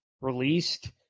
released